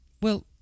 Well